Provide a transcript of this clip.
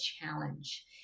challenge